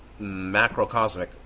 macrocosmic